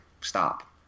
stop